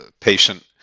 patient